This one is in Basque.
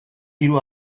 hiru